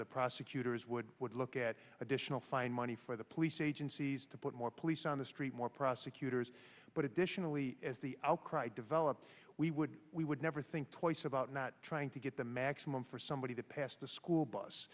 the prosecutors would would look at additional fine money for the police agencies to put more police on the street more prosecutors but additionally as the outcry developed we would we would never think twice about not trying to get the maximum for somebody to pass the school bus